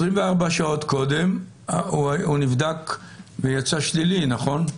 24 שעות קודם הוא נבדק ויצא שלילי, נכון?